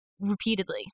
repeatedly